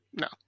No